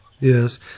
Yes